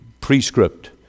prescript